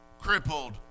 crippled